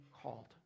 called